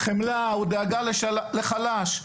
חמלה ודאגה לחלש.